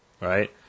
right